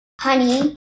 honey